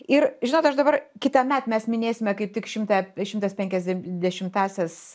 ir žinot aš dabar kitąmet mes minėsime kaip tik šimtą šimtas penkiasdem dešimtąsias